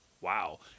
Wow